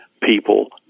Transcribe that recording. people